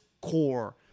core